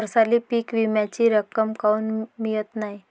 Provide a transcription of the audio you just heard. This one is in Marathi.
हरसाली पीक विम्याची रक्कम काऊन मियत नाई?